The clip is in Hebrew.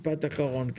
משפט אחרון.